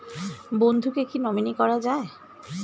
বন্ধুকে কী নমিনি করা যায়?